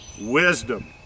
wisdom